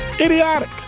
Idiotic